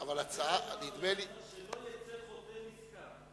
אבל נדמה לי שההצעה, שלא יצא חוטא נשכר.